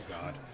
God